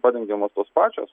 parengiamos tos pačios